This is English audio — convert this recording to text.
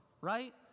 right